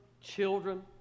children